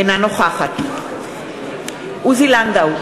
אינה נוכחת עוזי לנדאו,